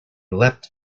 leapt